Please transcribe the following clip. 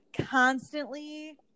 constantly